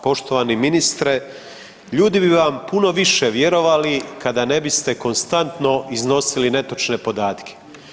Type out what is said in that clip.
Poštovani ministre ljudi bi vam puno više vjerovali kada ne biste konstantno iznosili netočne podatke.